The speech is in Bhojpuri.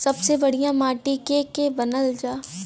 सबसे बढ़िया माटी के के मानल जा?